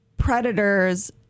Predators